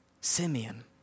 Simeon